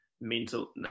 mental